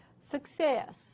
Success